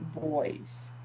boys